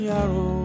Yarrow